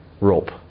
rope